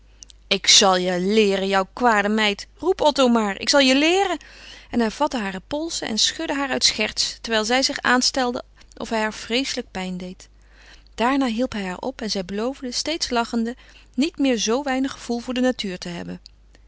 ik zal je leeren jou kwade meid roep otto maar ik zal je leeren en hij vatte hare polsen en schudde haar uit scherts terwijl zij zich aanstelde of hij haar vreeslijke pijn deed daarna hielp hij haar op en zij beloofde steeds lachende niet meer zoo weinig gevoel voor de natuur te hebben